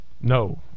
No